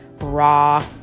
raw